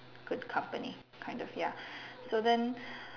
good company kind of ya so then